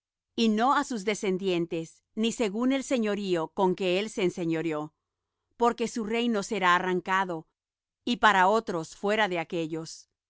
y no á sus descendientes ni según el señorío con que él se enseñoreó porque su reino será arrancado y para otros fuera de aquellos